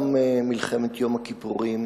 גם מלחמת יום הכיפורים,